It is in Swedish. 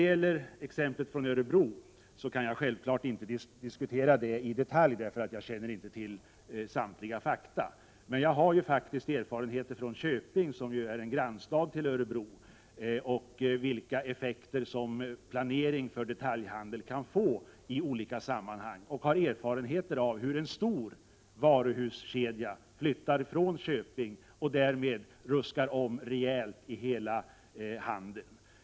Jag kan självfallet inte i detalj diskutera exemplet från Örebro, eftersom jag inte känner till samtliga fakta. Men jag har faktiskt erfarenheter från Köping, som är grannstad till Örebro, av vilka effekter planering för detaljhandeln kan få i olika sammanhang. Jag har erfarenheter av hur en stor varuhuskedja flyttade från Köping och därigenom ruskade om i hela handeln.